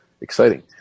exciting